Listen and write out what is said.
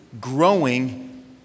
growing